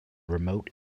remote